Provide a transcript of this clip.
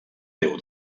déu